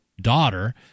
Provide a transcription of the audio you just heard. Daughter